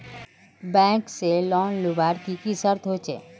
Bank से loan लुबार की की शर्त होचए?